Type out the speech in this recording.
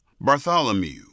Bartholomew